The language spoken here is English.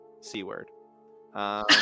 C-word